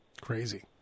Crazy